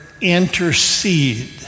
intercede